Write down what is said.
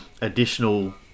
additional